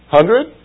Hundred